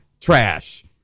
trash